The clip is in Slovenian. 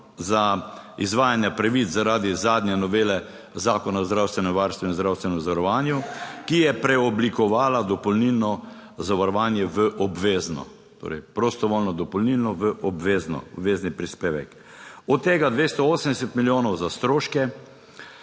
za izvajanje pravic zaradi zadnje novele Zakona o zdravstvenem varstvu in zdravstvenem zavarovanju, ki je preoblikovala dopolnilno zavarovanje v obvezno, torej prostovoljno dopolnilno v obvezno, obvezni prispevek, od tega 280 milijonov za stroške,